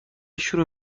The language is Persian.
شروع